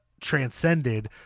transcended